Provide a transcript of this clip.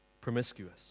promiscuous